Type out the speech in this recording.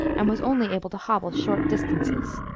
and was only able to hobble short distances.